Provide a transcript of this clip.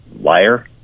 liar